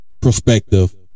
perspective